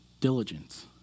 diligence